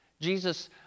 Jesus